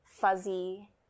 fuzzy